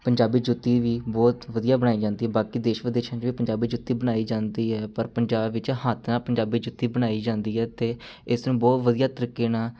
ਪੰਜਾਬੀ ਜੁੱਤੀ ਵੀ ਬਹੁਤ ਵਧੀਆ ਬਣਾਈ ਜਾਂਦੀ ਹੈ ਬਾਕੀ ਦੇਸ਼ ਵਿਦੇਸ਼ਾਂ 'ਚ ਵੀ ਪੰਜਾਬੀ ਜੁੱਤੀ ਬਣਾਈ ਜਾਂਦੀ ਹੈ ਪਰ ਪੰਜਾਬ ਵਿੱਚ ਹੱਥ ਨਾਲ ਪੰਜਾਬੀ ਜੁੱਤੀ ਬਣਾਈ ਜਾਂਦੀ ਹੈ ਅਤੇ ਇਸ ਨੂੰ ਬਹੁਤ ਵਧੀਆ ਤਰੀਕੇ ਨਾਲ